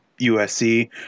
USC